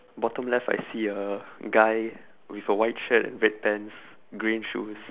bottom left I see a guy with a white shirt and red pants green shoes